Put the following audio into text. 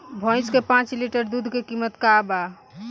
भईस के पांच लीटर दुध के कीमत का बा?